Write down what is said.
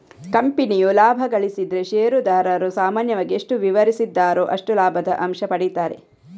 ಕಂಪನಿಯು ಲಾಭ ಗಳಿಸಿದ್ರೆ ಷೇರುದಾರರು ಸಾಮಾನ್ಯವಾಗಿ ಎಷ್ಟು ವಿವರಿಸಿದ್ದಾರೋ ಅಷ್ಟು ಲಾಭದ ಅಂಶ ಪಡೀತಾರೆ